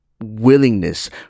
willingness